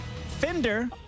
Fender